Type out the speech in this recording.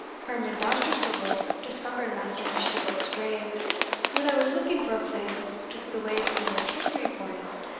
herman dousterswivel, discovered maister mishdigoat's grave when i was looking for a place as to put away some little trumpery coins,